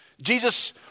Jesus